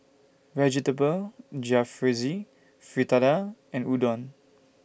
Vegetable Jalfrezi Fritada and Udon